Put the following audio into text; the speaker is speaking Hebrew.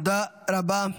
תודה רבה.